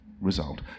result